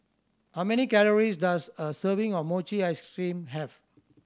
how many calories does a serving of mochi ice cream have